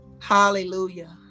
Hallelujah